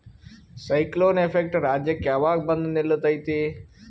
Cyclone effect ರಾಜ್ಯಕ್ಕೆ ಯಾವಾಗ ಬಂದ ನಿಲ್ಲತೈತಿ?